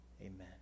Amen